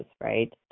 right